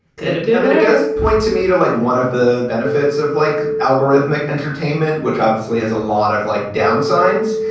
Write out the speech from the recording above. could it be? um and it does point to me to like one of the benefits of like algorithmic entertainment, which obviously has a lot of like downsides.